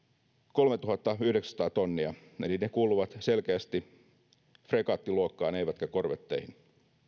kolmetuhattayhdeksänsataa tonnia eli ne kuuluvat selkeästi fregattiluokkaan eivätkä korvetteihin